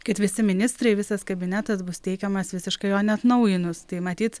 kad visi ministrai visas kabinetas bus teikiamas visiškai jo neatnaujinus tai matyt